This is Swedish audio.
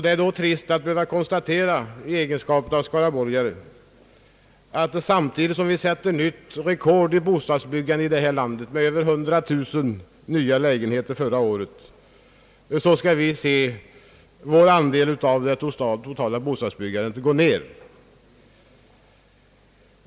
Det är då trist att i egenskap av skaraborgare behöva konstatera, att samtidigt som vi för hela landet sätter nytt rekord i bostadsbyggande med över 100000 nya lägenheter under förra året, får vi se vår andel av det totala bostadsbyggandet minska.